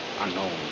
unknown